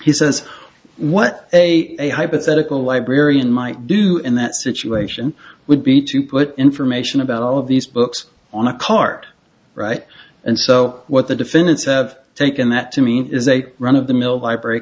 he says what a hypothetical librarian might do in that situation would be to put information about all of these books on a cart right and so what the defendants have taken that to mean is a run of the mill library